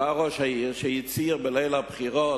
בא ראש העיר, שהצהיר בליל הבחירות: